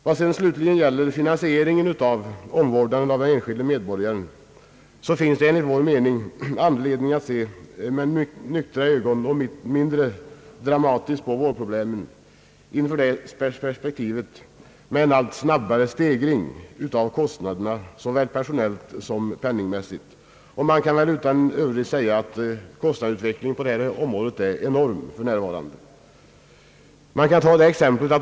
Vad slutligen gäller finansieringen av omvårdnaden av den enskilde medborgaren finns det enligt vår mening all anledning att se med nyktra ögon och mindre dramatiskt på vårdproblemen inför perspektivet med allt snabbare stegring av kostnaderna såväl personellt som penningmässigt. Kostnadsstegringen kan väl utan överdrift betecknas som enorm på detta område.